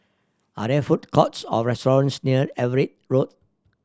are there food courts or restaurants near Everitt Road